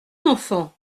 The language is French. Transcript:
enfant